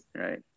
Right